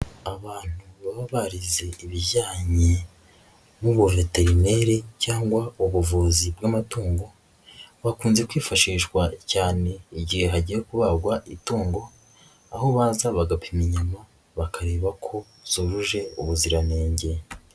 Abantu baba barize ibijyanye n'ubuveterineri cyangwa ubuvuzi bw'amatungo, bakunze kwifashishwa cyane igihe hagiye kubagwa itungo, aho baza bagapima inyama bakareba ko zujuje ubuziranenge.